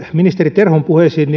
ministeri terhon puheisiin